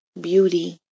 beauty